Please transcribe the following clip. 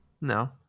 No